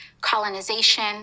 colonization